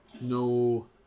No